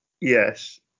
yes